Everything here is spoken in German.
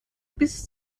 bis